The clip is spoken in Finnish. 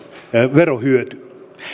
verohyöty